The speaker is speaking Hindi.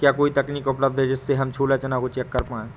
क्या कोई तकनीक उपलब्ध है जिससे हम छोला चना को चेक कर पाए?